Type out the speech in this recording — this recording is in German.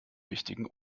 wichtigen